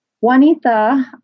Juanita